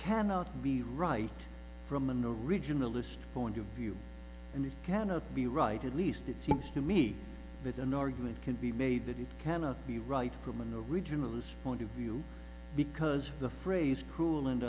cannot be right from a no regional list point of view and it cannot be right at least it seems to me that an argument can be made that it cannot be right from an originalist point of view because the phrase cruel and